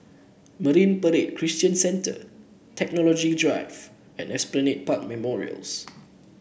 Marine Parade Christian Centre Technology Drive and Esplanade Park Memorials